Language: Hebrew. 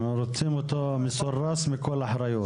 הם רוצים אותו מסורס מכל אחריות.